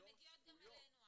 הן מגיעות גם אלינו,